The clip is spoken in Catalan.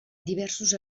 diversos